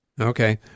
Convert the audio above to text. Okay